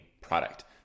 product